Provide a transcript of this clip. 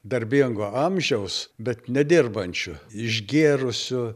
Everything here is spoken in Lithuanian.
darbingo amžiaus bet nedirbančių išgėrusių